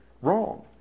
wrong